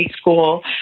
school